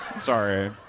Sorry